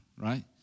right